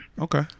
Okay